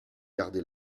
gardé